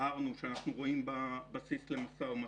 הצהרנו שאנחנו רואים בה בסיס למשא ומתן.